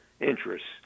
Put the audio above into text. interests